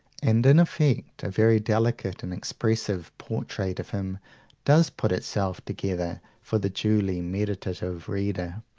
and, in effect, a very delicate and expressive portrait of him does put itself together for the duly meditative reader.